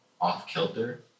off-kilter